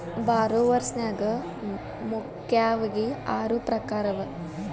ಭಾರೊವರ್ಸ್ ನ್ಯಾಗ ಮುಖ್ಯಾವಗಿ ಆರು ಪ್ರಕಾರವ